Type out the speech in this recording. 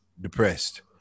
depressed